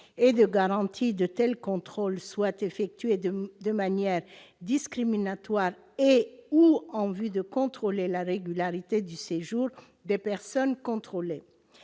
et de garanties, de tels contrôles soient effectués de manière discriminatoire et/ou en vue de contrôler la régularité du séjour des personnes contrôlées